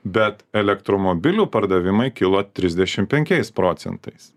bet elektromobilių pardavimai kilo trisdešimt penkiais procentais